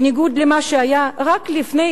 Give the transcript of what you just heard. בניגוד למה שהיה רק לפני